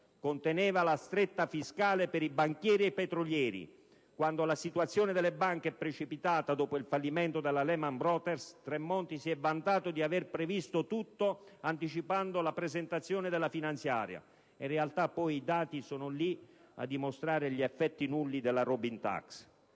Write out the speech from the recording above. Conteneva la stretta fiscale per i banchieri e i petrolieri. Quando la situazione delle banche è precipitata dopo il fallimento della Lehman Brothers, Tremonti si è vantato di aver previsto tutto anticipando la presentazione della finanziaria. In realtà poi i dati sono lì a dimostrare gli effetti nulli della Robin *tax*.